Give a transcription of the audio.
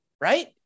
right